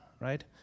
right